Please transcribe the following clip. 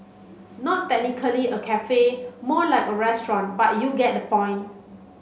not technically a cafe more like a restaurant but you get the point